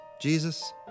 Jesus